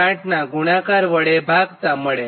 8 નાં ગુણાકાર વડે ભાગતાં મળે